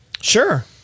Sure